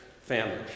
family